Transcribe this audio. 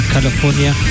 California